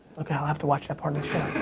okay, i'll have to watch that part of the show.